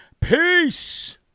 Peace